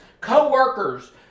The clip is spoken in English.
co-workers